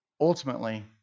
ultimately